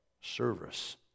service